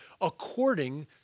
according